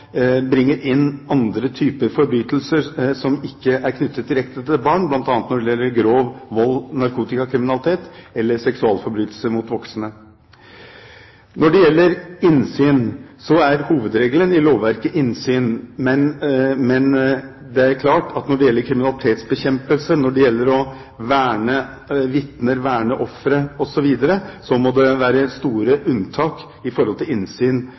bringer inn andre typer forbrytelser som ikke er knyttet direkte til barn, bl.a. når det gjelder grov volds- og narkotikakriminalitet eller seksualforbrytelser mot voksne. Når det gjelder innsyn, er hovedregelen i lovverket innsyn. Men det er klart at når det gjelder kriminalitetsbekjempelse, verne vitner, verne ofre osv., må det være store unntak i forhold til innsyn for at politiet skal kunne drive sitt arbeid på en god måte. De unntakene for innsyn